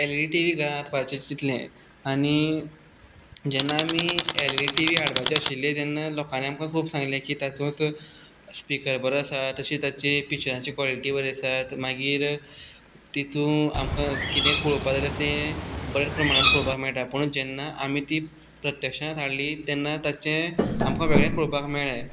L E D T V घरांत हाडपाचें चितलें आनी जेन्ना आमी L E D T V हाडपाची आशिल्ली तेन्ना लोकांनी आमकां खूब सांगले की ताचो तो स्पिकर बरो आसा तशेंच ताची पिच्चराची कॉलीटी बरी आसा मागीर तेतूंत कितेंय पळोवपाक जाय जाल्यार आमकां तें बरें प्रमाणांत पळोवपाक मेळटा पूण जेन्ना आमी ती प्रत्यक्षांत हाडली तेन्ना ताचे आमकां वेगळेंच पळोवपाक मेळ्ळें